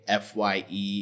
FYE